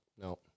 no